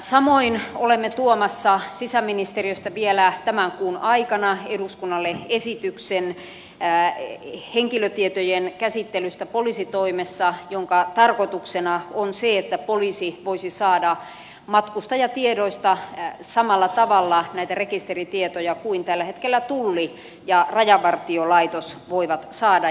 samoin olemme tuomassa vielä tämän kuun aikana sisäministeriöstä henkilötietojen käsittelystä poliisitoimessa eduskunnalle esityksen jonka tarkoituksena on se että poliisi voisi saada matkustajatiedoista samalla tavalla näitä rekisteritietoja kuin tällä hetkellä tulli ja rajavartiolaitos voivat saada